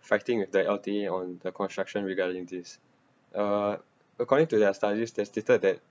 fighting with the L_T_A on the construction regarding this uh according to their studies they stated that